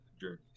journeys